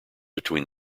between